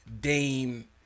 Dame-